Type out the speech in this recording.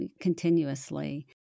continuously